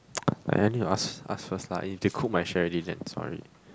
!aiya! need to ask ask first lah if they cook my share already then sorry